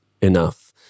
enough